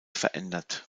verändert